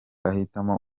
ahitamo